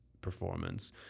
performance